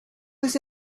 was